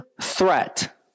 threat